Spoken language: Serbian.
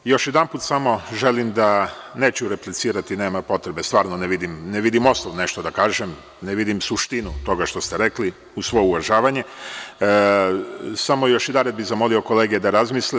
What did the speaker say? Samo još jedanput želim, neću replicirati, nema potrebe, stvarno ne vidim osnov da nešto kažem, ne vidim suštinu toga što ste rekli, uz svo uvažavanje, samo bih još jednom zamolio kolege da razmisle.